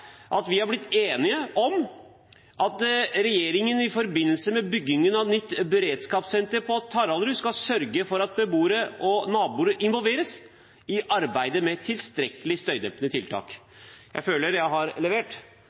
at vi er blitt enige om at regjeringen skal «i forbindelse med byggingen av nytt beredskapssenter på Taraldrud sørge for at beboere og naboer involveres i arbeidet med tilstrekkelige støydempende tiltak». Jeg føler at jeg har levert.